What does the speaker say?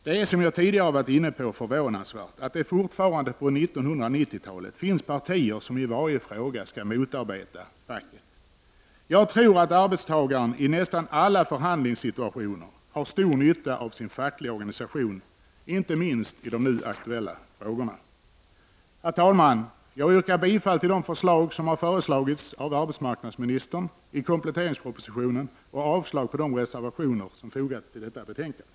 Det är, vill jag säga, förvånansvärt att det fortfarande på 1990-talet finns partier som i varje fråga skall motarbeta facket. Jag tror att arbetstagaren i nästan alla förhandlingssituationer har stor nytta av sin fackliga organisation. Herr talman! Jag yrkar bifall till de förslag som har lagts fram av arbetsmarknadsministern i kompletteringspropositionen och avslag på de reservationer som fogats till detta betänkande.